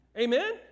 Amen